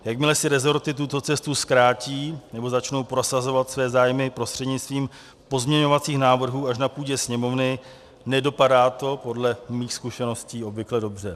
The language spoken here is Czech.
Jakmile si resorty tuto cestu zkrátí nebo začnou prosazovat své zájmy prostřednictvím pozměňovacích návrhů až na půdě Sněmovny, nedopadá to podle mých zkušeností obvykle dobře.